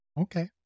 Okay